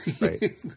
Right